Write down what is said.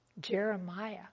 Jeremiah